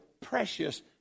precious